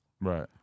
Right